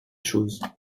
chose